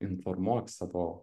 informuok savo